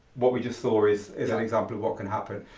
what we just saw is is an example of what can happen.